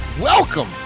Welcome